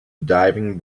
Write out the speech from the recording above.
diving